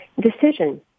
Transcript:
Decision